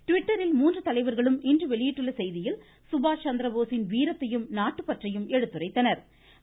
ட்விட்டரில் மூன்று தலைவர்களும் இன்று வெளியிட்டுள்ள செய்தியில் சுபாஷ் சந்திரபோஸின் வீரத்தையும் நாட்டுப்பந்றையும் எடுத்துரைத்தனா்